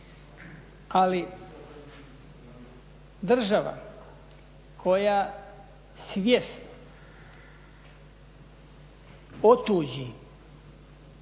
ali država koja svjesno otuđi